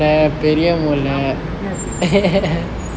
எல்லாம் புரியாது:ellaam puriyaathu